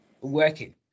working